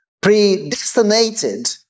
predestinated